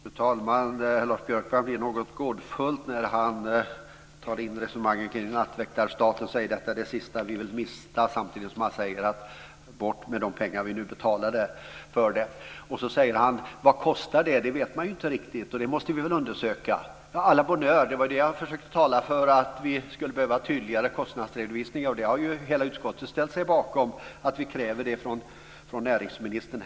Fru talman! Lars Björkman blir något gåtfull när han resonerar kring nattväktarstaten och säger att detta är det sista som vi vill mista, samtidigt som han säger: Bort med de pengar som vi betalade för det. Sedan frågar han vad det kostar. Men det vet vi ju inte riktigt, och det måste vi undersöka. À la bonne heure, jag försökte ju tala för behovet av en tydligare kostnadsredovisning. Hela utskottet har ju ställt sig bakom att vi kräver en sådan från näringsministern.